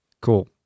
Cool